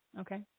Okay